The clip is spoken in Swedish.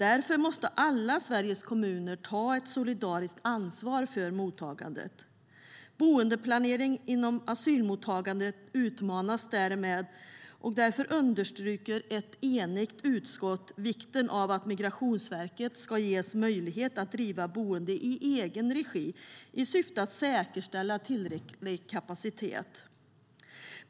Därför måste alla Sveriges kommuner ta ett solidariskt ansvar för mottagandet. Boendeplaneringen inom asylmottagandet utmanas därmed. Därför understryker ett enigt utskott vikten av att Migrationsverket ska ges möjlighet att driva boende i egen regi i syfte att säkerställa tillräcklig kapacitet.